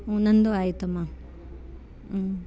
ನಂದು ಆಯ್ತಮ್ಮ ಹ್ಞೂ